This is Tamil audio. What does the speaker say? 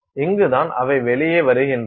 இங்குதான் அவை வெளியே வருகின்றன